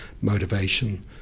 motivation